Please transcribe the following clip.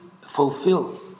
fulfill